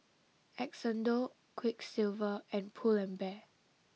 Xndo Quiksilver and Pull and Bear